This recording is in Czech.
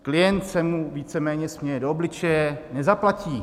Klient se mu víceméně směje do obličeje, nezaplatí.